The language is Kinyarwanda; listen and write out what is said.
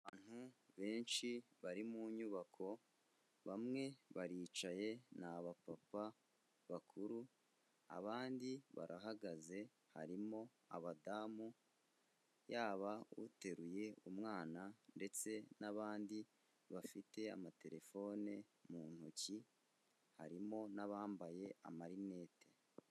Abantu benshi bari mu nyubako, bamwe baricaye ni abapapa bakuru, abandi barahagaze harimo abadamu, yaba uteruye umwana ndetse n'abandi bafite amatelefone mu ntoki, harimo n'abambaye amarinete.